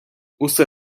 усе